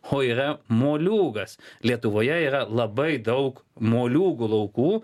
o yra moliūgas lietuvoje yra labai daug moliūgų laukų